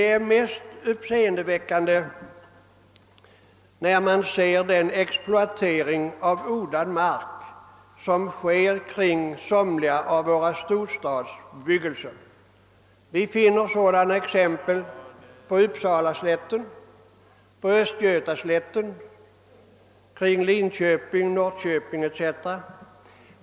Det mest uppseendeväckande är den exploatering av odlad mark som sker i en del av våra storstadsregioner. Vi finner sådana exempel på Uppsalaslätten, på Östergötaslätten kring Linköping och Norrköping etc.